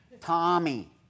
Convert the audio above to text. Tommy